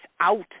out